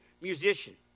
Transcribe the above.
musician